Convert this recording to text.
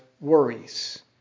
worries